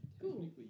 Cool